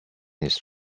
his